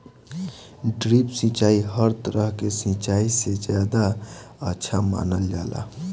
drip सिंचाई हर तरह के सिचाई से ज्यादा अच्छा मानल जाला